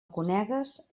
conegues